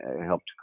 helped